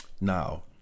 now